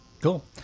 Cool